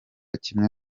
kimwe